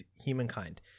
humankind